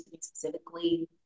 specifically